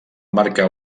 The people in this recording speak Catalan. marcar